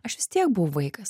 aš vis tiek buvau vaikas